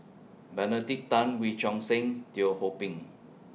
Benedict Tan Wee Choon Seng Teo Ho Pin